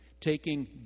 taking